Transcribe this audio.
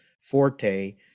forte